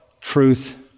truth